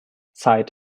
zeit